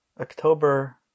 October